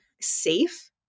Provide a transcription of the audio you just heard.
safe